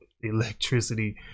electricity